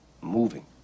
moving